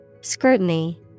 Scrutiny